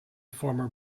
former